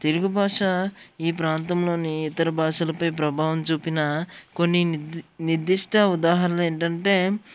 తెలుగు భాష ఈ ప్రాంతంలోని ఇతర భాషలపై ప్రభావం చూపిన కొన్ని నిర్ది నిర్దిష్ట ఉదాహరణ ఏంటంటే